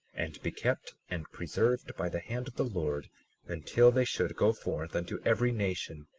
and be kept and preserved by the hand of the lord until they should go forth unto every nation,